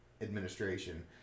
administration